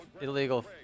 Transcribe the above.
illegal